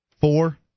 Four